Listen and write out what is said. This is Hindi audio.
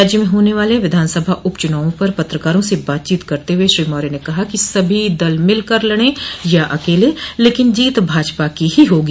राज्य में होने वाले विधान सभा उपचुनावों पर पत्रकारों से बातचीत करते हुए श्री मौर्य ने कहा कि सभी दल मिलकर लड़े या अकेले लेकिन जीत भाजपा की ही होगी